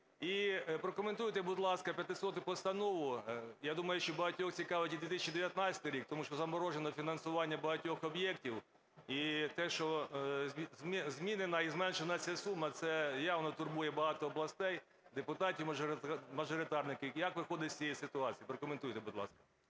І прокоментуйте, будь ласка, 500 Постанову. Я думаю, що багатьох цікавить і 2019 рік, тому що заморожено фінансування багатьох об'єктів, і те, що змінена і зменшена ця сума, це явно турбує багато областей, депутатів-мажоритарників, як виходити з цієї ситуації? Прокоментуйте, будь ласка.